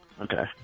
Okay